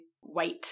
white